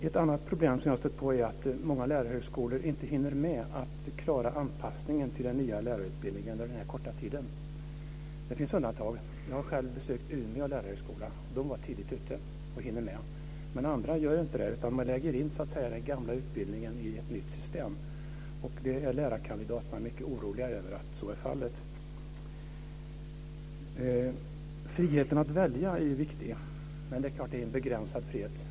Ett annat problem som jag har stött på är att många lärarhögskolor inte hinner med att klara anpassningen till den nya lärarutbildningen under den här korta tiden. Det finns undantag. Jag har själv besökt Umeå lärarhögskola, och den var tidigt ute och hinner med. Men andra gör inte det, utan man lägger in den gamla utbildningen i ett nytt system. Nu är lärarkandidaterna mycket oroliga över att så är fallet. Friheten att välja är viktig, men det är en begränsad frihet.